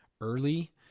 early